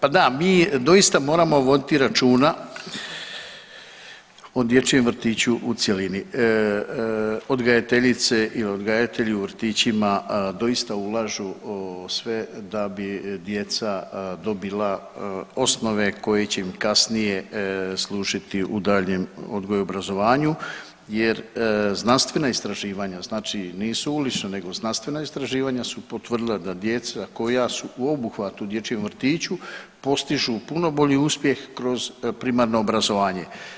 Pa da mi doista moramo voditi računa o dječjem vrtiću u cjelini, odgajateljice i odgajatelji u vrtićima doista ulažu sve da bi djeca dobila osnove koje će im kasnije služiti u daljnjem odgoju i obrazovanju jer znanstvena istraživanja znači nisu ulična nego znanstvena istraživanja su potvrdila da djeca koja su u obuhvatu u dječjem vrtiću postižu puno bolji uspjeh kroz primarno obrazovanje.